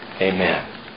Amen